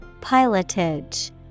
Pilotage